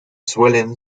suelen